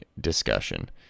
discussion